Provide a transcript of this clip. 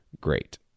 Great